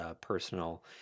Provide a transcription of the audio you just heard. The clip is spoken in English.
personal